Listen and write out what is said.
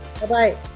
Bye-bye